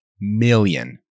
million